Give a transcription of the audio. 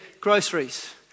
groceries